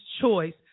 choice